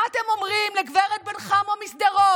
מה אתם אומרים לגב' בן חמו משדרות,